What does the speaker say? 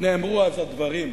נאמרו אז הדברים,